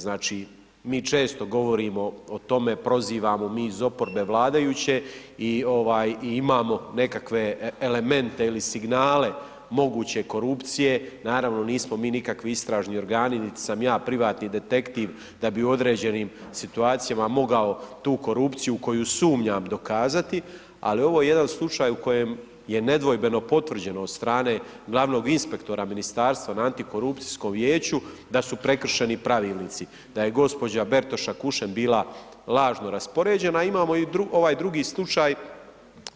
Znači, mi često govorimo o tome prozivamo mi iz oporbe vladajuće i ovaj imamo nekakve elemente ili signale moguće korupcije, naravno nismo mi nikakvi istražni organi niti sam ja privatni detektiv da bi u određenim situacijama mogao tu korupciju u koju sumnjam dokazati, ali ovo je jedan slučaj u kojem je nedvojbeno potvrđeno od strane glavnog inspektora ministarstva na antikorupcijskom vijeću da su prekršeni pravilnici, da je gospođa Bertoša Kušen bila lažno raspoređena, a imamo i ovaj drugi slučaj